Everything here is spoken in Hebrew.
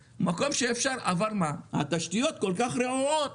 אבל מה, התשתיות כל כך רעועות,